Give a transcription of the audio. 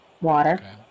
water